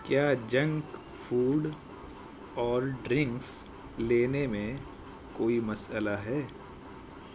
کیا junk food اور drinks لینے میں کوئی مسئلہ ہے